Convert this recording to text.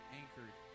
anchored